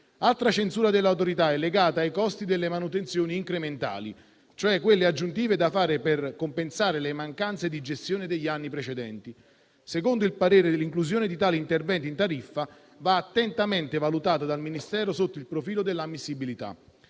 Altra censura dell'Autorità è legata ai costi delle manutenzioni incrementali, cioè quelle aggiuntive da dover fare per compensare le mancanze di gestione degli anni precedenti. Secondo il parere, l'inclusione di tali interventi in tariffa va attentamente valutata dal Ministero delle infrastrutture